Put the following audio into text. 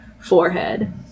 forehead